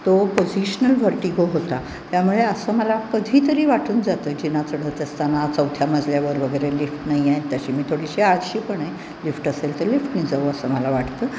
तो positional vertigo होता त्यामुळे असं मला कधीतरी वाटून जातं जिना चढत असताना चौथ्या मजल्यावर वगैरे लिफ्ट नाही आहे तशी मी थोडीशी आळशी पण आहे लिफ्ट असेल तर लिफ्टने जाऊ असं मला वाटतं